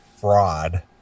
fraud